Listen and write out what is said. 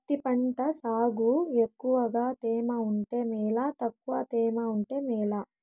పత్తి పంట సాగుకు ఎక్కువగా తేమ ఉంటే మేలా తక్కువ తేమ ఉంటే మేలా?